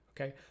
Okay